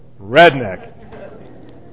redneck